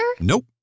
Nope